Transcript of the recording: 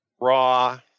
raw